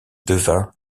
devint